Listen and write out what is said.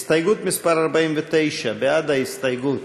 הסתייגות מס' 49: בעד ההסתייגות,